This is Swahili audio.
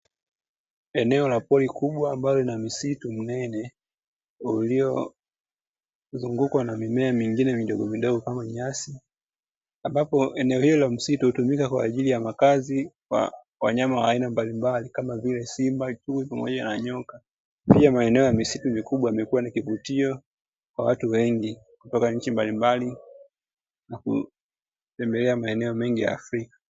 Eneo la pori kubwa ambalo lina msitu mnene uliozungukwa na mimea mingine midogomidogo kama nyasi, ambapo eneo hilo la misitu hutumika kama makazi ya wanyama wa aina mbalimbali kama vile: simba, chui pamoja na nyoka. Moja ya maeneo ya misitu mikubwa imekuwa ni kivutio kwa watu wengi kutoka nchi mbalimbali na kutembelea maeneo mengi ya Afrika.